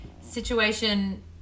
situation